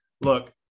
look